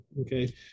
okay